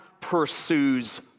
pursues